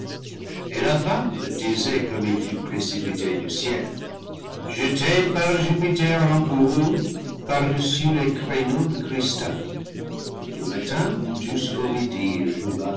et la fable disait comme il fut précipité du ciel jeté par jupiter en courroux par-dessus les créneaux de cristal du matin jusqu'au midi